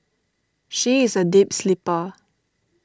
she is a deep sleeper